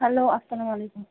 hello اَسَلام علیکُم